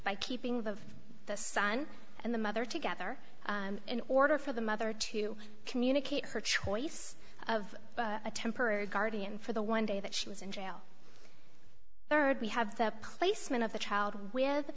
by keeping the the son and the mother together in order for the mother to communicate her choice of a temporary guardian for the one day that she was in jail rd we have the placement of the child with